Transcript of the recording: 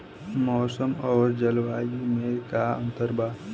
मौसम और जलवायु में का अंतर बा?